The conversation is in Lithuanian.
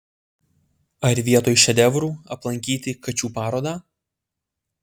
ar vietoj šedevrų aplankyti kačių parodą